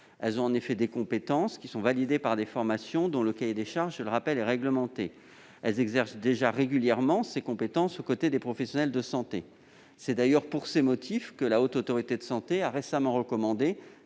ont en effet des compétences qui sont validées par des formations dont le cahier des charges- je le rappelle -est réglementé. Elles exercent déjà régulièrement ces compétences aux côtés des professionnels de santé. C'est d'ailleurs pour ces motifs que la Haute Autorité de santé a récemment recommandé